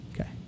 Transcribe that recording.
Okay